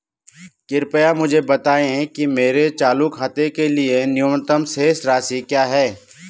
कृपया मुझे बताएं कि मेरे चालू खाते के लिए न्यूनतम शेष राशि क्या है?